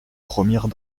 promirent